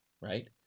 right